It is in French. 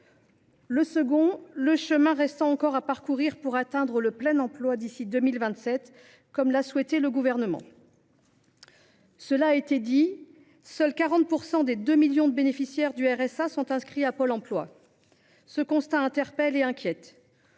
encore du chemin à parcourir pour atteindre le plein emploi d’ici à 2027, comme l’a souhaité le Gouvernement. Cela a été dit, seuls 40 % des deux millions de bénéficiaires du RSA sont inscrits à Pôle emploi. Ce constat interpelle et inquiète.